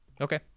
Okay